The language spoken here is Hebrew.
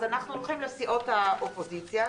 לגבי סיעות האופוזיציה,